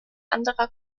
anderer